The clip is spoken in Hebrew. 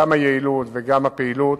גם היעילות וגם הפעילות.